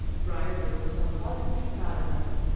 briarwood will have cause to be proud of us.